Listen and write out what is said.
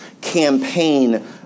campaign